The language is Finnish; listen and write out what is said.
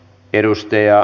edustaja